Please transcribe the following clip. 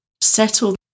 settle